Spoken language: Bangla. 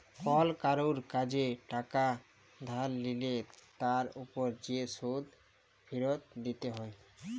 কল কারুর কাজে টাকা ধার লিলে তার উপর যে শোধ ফিরত দিতে হ্যয়